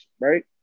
right